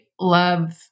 love